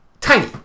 tiny